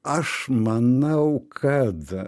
aš manau kad